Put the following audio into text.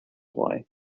why